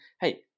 Hey